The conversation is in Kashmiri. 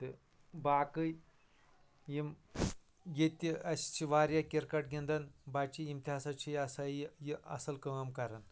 تہٕ باقٕے یم یتہِ اسہِ چھِ واریاہ کِرکٹ گِندَن بچہٕ یم تہِ ہسا چھِ یہ ہسا یہ آسان اصٕل کٲم کران